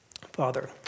Father